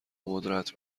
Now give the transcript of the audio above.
قدرت